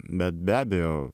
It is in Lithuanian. bet be abejo